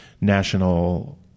national